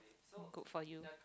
good for you